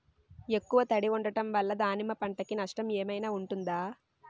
ఎక్కువ తడి ఉండడం వల్ల దానిమ్మ పంట కి నష్టం ఏమైనా ఉంటుందా?